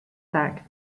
back